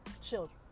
children